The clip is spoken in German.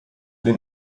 für